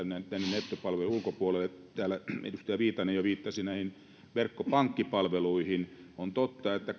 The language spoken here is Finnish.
nettipalvelujen ulkopuolelle täällä edustaja viitanen jo viittasi verkkopankkipalveluihin on totta että